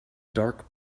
dark